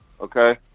Okay